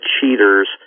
cheaters